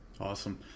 Awesome